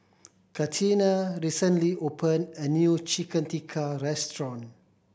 Catina recently opened a new Chicken Tikka restaurant